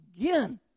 again